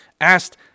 asked